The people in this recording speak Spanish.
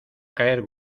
caer